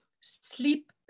sleep